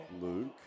Luke